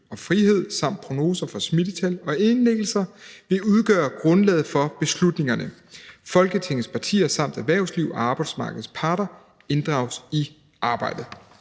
og frihed, samt prognoser for smittetal og indlæggelser, vil udgøre grundlaget for beslutningerne. Folketingets partier samt erhvervsliv og arbejdsmarkedets parter inddrages i arbejdet.«